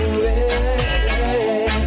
away